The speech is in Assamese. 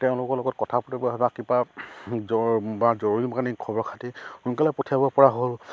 তেওঁলোকৰ লগত কথা পাতিব বা কিবা বা জৰুৰীকালীন খবৰ খাতি সোনকালে পঠিয়াব পৰা হ'ল